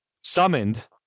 summoned